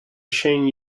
shane